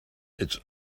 its